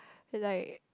like